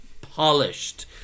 Polished